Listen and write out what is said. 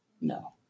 No